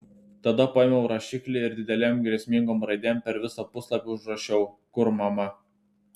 tada paėmiau rašiklį ir didelėm grėsmingom raidėm per visą puslapį užrašiau kur mama